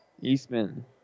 Eastman